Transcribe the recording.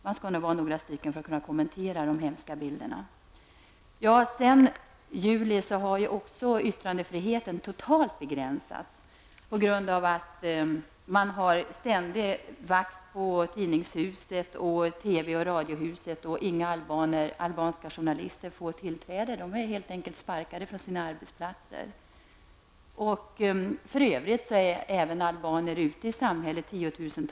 Man skall nog vara några stycken för att kunna kommentera de hemska bilderna. Även yttrandefriheten har begränsats totalt sedan juli. Detta på grund av att man har ständiga vakter på tidningshuset och TV och radiohuset. Inga albanska journalister får tillträde. De är helt enkelt sparkade från sina arbetsplatser. För övrigt är även tiotusentals albaner ute i samhället utan arbete.